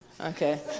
Okay